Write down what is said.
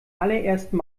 allerersten